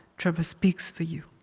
trevor speaks for you.